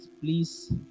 please